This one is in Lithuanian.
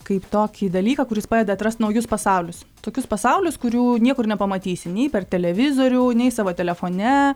kaip tokį dalyką kuris padeda atrast naujus pasaulius tokius pasaulius kurių niekur nepamatysi nei per televizorių nei savo telefone